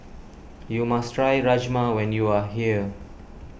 you must try Rajma when you are here